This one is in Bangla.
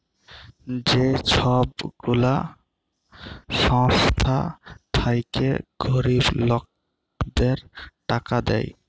যে ছব গুলা সংস্থা থ্যাইকে গরিব লকদের টাকা দেয়